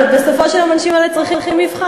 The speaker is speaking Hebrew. אבל בסופו של יום אנשים אלה צריכים לעבור מבחן.